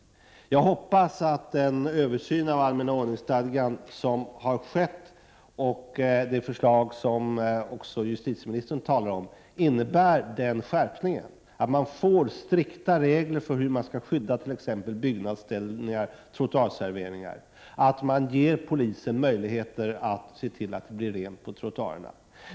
Jag hoppas att den översyn av allmänna ordningsstadgan som har skett och det förslag som justitieministern talar om innebär en skärpning. Det skall bli strikta regler för hur man skall skydda blinda och andra handikappade när det gäller t.ex. byggnadsställningar och trottoarserveringar, och polisen skall få möjligheter att se till att det blir rent på trottoarerna.